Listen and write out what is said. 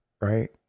Right